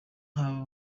rwanda